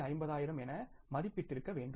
5 என மதிப்பிடப்பட்டிருக்க வேண்டும்